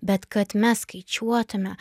bet kad mes skaičiuotume